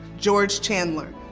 george chandler.